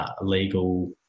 legal